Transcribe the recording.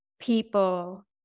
people